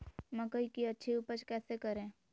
मकई की अच्छी उपज कैसे करे?